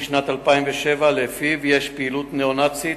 (3 במרס 2010): ב-12 באוקטובר 2007 פורסם כי ישנה פעילות ניאו-נאצית